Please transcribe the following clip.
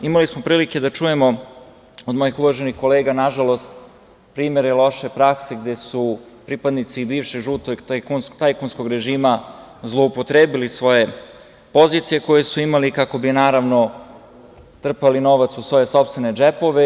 Imali smo prilike da čujemo od mojih uvaženih kolega, nažalost, primere loše prakse, gde su pripadnici bivšeg žutog tajkunskog režima zloupotrebili svoje pozicije koje su imali kako bi trpali novac u svoje sopstvene džepove.